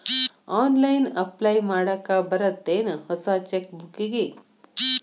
online apply ಮಾಡಾಕ್ ಬರತ್ತೇನ್ ಹೊಸ ಚೆಕ್ ಬುಕ್ಕಿಗಿ